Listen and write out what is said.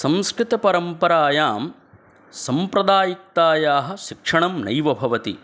संस्कृतपरम्परायां साम्प्रदायिकतायाः शिक्षणं नैव भवति